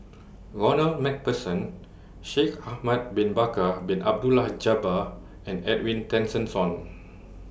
Ronald MacPherson Shaikh Ahmad Bin Bakar Bin Abdullah Jabbar and Edwin Tessensohn